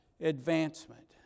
advancement